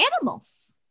animals